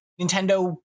Nintendo